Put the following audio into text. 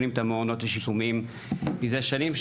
מכירים את המעונות השיקומיים זה שנים.